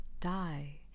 die